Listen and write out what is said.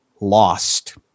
Lost